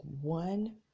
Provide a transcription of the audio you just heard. one